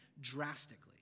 drastically